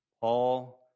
Paul